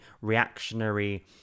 reactionary